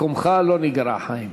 מקומך לא נגרע, חיים.